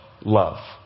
love